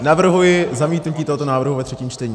Navrhuji zamítnutí tohoto návrhu ve třetím čtení.